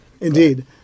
Indeed